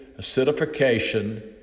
acidification